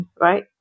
Right